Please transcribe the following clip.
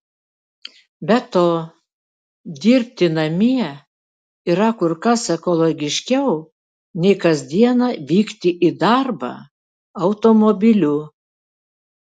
be to dirbti namie yra kur kas ekologiškiau nei kas dieną vykti į darbą automobiliu